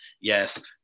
Yes